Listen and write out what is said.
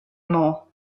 more